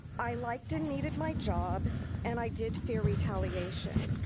i liked and needed my job and i did fear retaliation.